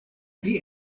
pri